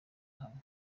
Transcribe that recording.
hamwe